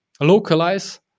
localize